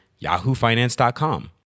YahooFinance.com